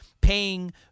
paying